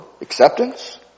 Acceptance